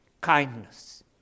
kindness